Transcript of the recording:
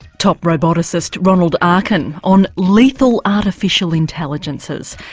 top roboticist ronald arkin on lethal artificial intelligences,